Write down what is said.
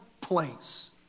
place